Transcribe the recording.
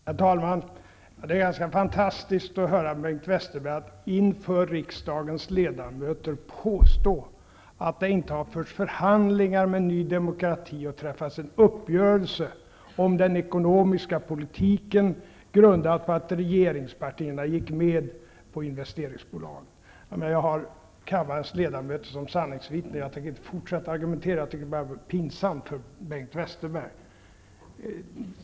Herr talman! Det är ganska fantastiskt att höra Bengt Westerberg inför riksdagens ledamöter påstå att det inte har förts förhandlingar med Ny demokrati och träffats en uppgörelse om den ekonomiska politiken, en uppgörelse grundad på att regeringspartierna gick med på detta med investeringsbolag. Kammarens ledamöter är mina sanningsvittnen, så jag tänker inte fortsätta att argumentera.